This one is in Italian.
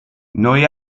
noi